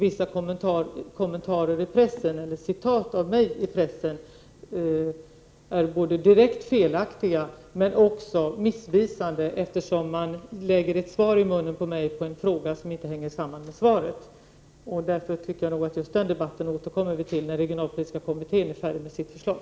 Vissa citat av vad jag har sagt i pressen är både direkt felaktiga och missvisande, eftersom man i min mun lägger svar på en fråga som inte hänger samman med mitt svar. Den debatten återkommer vi till när den regionalpolitiska kommittén är färdig med sitt förslag.